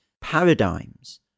paradigms